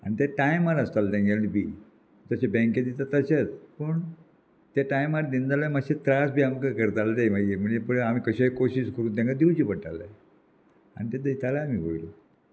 आनी तें टायमार आसताले तेंगेली बी तशे बँके दिता तशेंच पूण ते टायमार दिना जाल्यार मातशे त्रास बी आमकां करताले मागीर म्हणजे पय आमी कशे कोशिश करून तेंकां दिवचे पडटाले आनी तें दितले आमी वयली